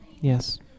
Yes